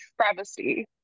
travesty